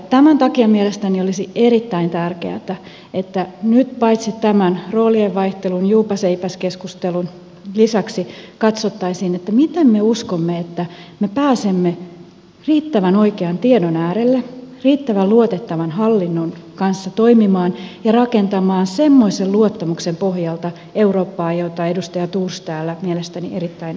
tämän takia mielestäni olisi erittäin tärkeätä että nyt paitsi tämän roolien vaihtelun juupaseipäs keskustelun lisäksi katsottaisiin miten me uskomme että me pääsemme riittävän oikean tiedon äärelle riittävän luotettavan hallinnon kanssa toimimaan ja rakentamaan eurooppaa semmoisen luottamuksen pohjalta jota edustaja thors täällä mielestäni erittäin ansiokkaasti kuvaili